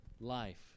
life